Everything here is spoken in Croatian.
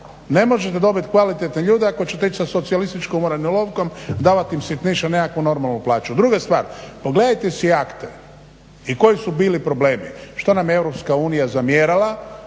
ne možete dobit kvalitetne ljude ako ćete ići sa socijalističkom uravnilovkom, davati im sitniš, a ne nekakvu normalnu plaću. Druga stvar, pogledajte si akte i koji su bili problemi, što nam je Europska